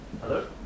Hello